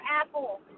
apple